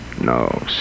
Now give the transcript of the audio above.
No